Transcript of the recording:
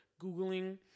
Googling